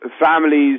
Families